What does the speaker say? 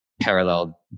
parallel